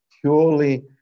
Purely